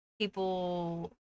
people